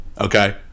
Okay